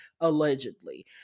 allegedly